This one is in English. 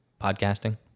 podcasting